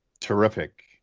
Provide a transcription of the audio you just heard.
terrific